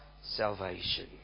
salvation